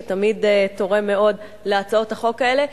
שתמיד תורם מאוד להצעות החוק האלה,